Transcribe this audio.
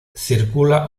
circula